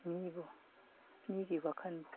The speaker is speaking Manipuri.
ꯃꯤꯕꯨ ꯃꯤꯒꯤ ꯋꯥꯈꯟꯕꯨ